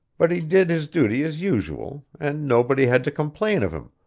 but he did his duty as usual, and nobody had to complain of him,